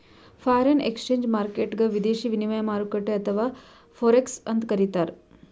foreign exchange ಮಾರ್ಕೆಟ್ಗ್ ವಿದೇಶಿ ವಿನಿಮಯ ಮಾರುಕಟ್ಟೆ ಅಥವಾ ಫೋರೆಕ್ಸ್ ಅಂತ್ ಕರಿತಾರ್